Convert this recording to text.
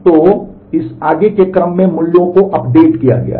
तो इस आगे के क्रम में मूल्यों को अपडेट किया गया है